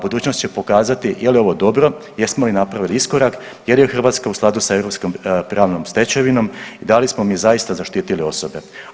Budućnost će pokazati je li ovo dobro, jesmo li napravili iskorak, jel je Hrvatska u skladu sa europskom pravnom stečevinom i da li smo mi zaista zaštitili osobe.